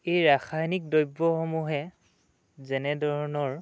এই ৰাসায়নিক দ্ৰব্যসমূহে যেনেধৰণৰ